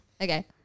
Okay